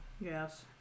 Yes